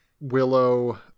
Willow